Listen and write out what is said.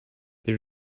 they